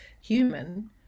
human